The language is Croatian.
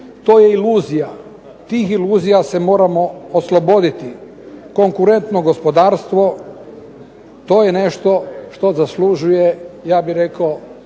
To je iluzija. Tih iluzija se moramo osloboditi konkurentno gospodarstvo to je nešto što zaslužuje ja bih rekao